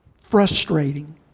frustrating